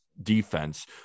defense